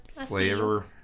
Flavor